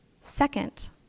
Second